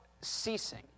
ceasing